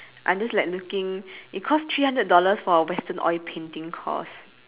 I'm just like looking it cost three hundred dollars for a western oil painting course